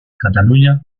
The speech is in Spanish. cataluña